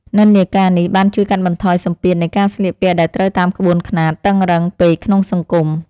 និន្នាការនេះបានជួយកាត់បន្ថយសម្ពាធនៃការស្លៀកពាក់ដែលត្រូវតាមក្បួនខ្នាតតឹងរ៉ឹងពេកក្នុងសង្គម។